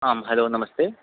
आं हलो नमस्ते